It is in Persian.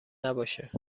نباشه